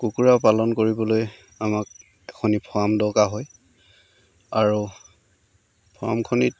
কুকুৰা পালন কৰিবলৈ আমাক এখনি ফাৰ্ম দৰকাৰ হয় আৰু ফাৰ্মখনিত